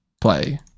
play